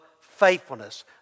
faithfulness